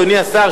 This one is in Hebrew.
אדוני השר,